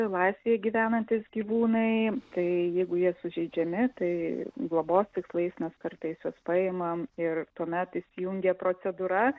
laisvėje gyvenantys gyvūnai tai jeigu jie sužeidžiami tai globos tikslais mes kartais juos paimam ir tuomet įsijungia procedūra